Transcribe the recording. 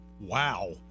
wow